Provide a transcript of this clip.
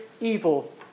evil